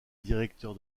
directeur